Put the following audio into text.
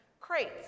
Crates